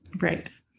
Right